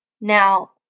Now